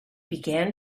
began